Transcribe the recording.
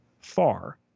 far